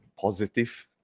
positive